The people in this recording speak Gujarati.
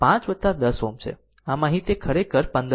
આમ અહીં તે ખરેખર 15 Ω છે અને આ 1 2 છે